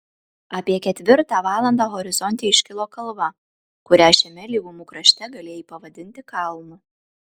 apie ketvirtą valandą horizonte iškilo kalva kurią šiame lygumų krašte galėjai pavadinti kalnu